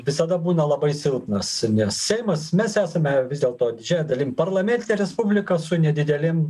visada būna labai silpnas nes seimas mes esame vis dėlto didžiąja dalim parlamentinė respublika su nedidelėm